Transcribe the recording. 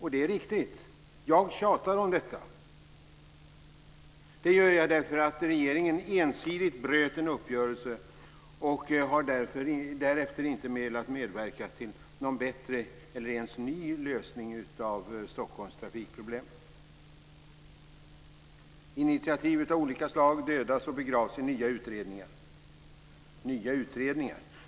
Det är riktigt. Jag tjatar om detta. Det gör jag för att regeringen ensidigt bröt en uppgörelse och därefter inte har velat medverka till en bättre, eller ens en ny, lösning av Stockholms trafikproblem. Initiativ av olika slag dödas och begravs i nya utredningar.